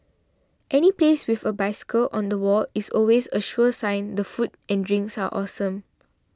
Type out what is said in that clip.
any place with a bicycle on the wall is always a sure sign the food and drinks are awesome